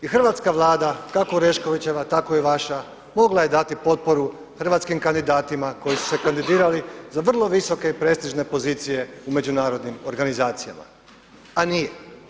I hrvatska Vlada kako Oreškovićeva tako i vaša mogla je dati potporu hrvatskim kandidatima koji su se kandidirali za vrlo visoke i prestižne pozicije u međunarodnim organizacijama, a nije.